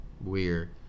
weird